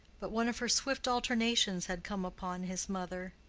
but one of her swift alternations had come upon his mother.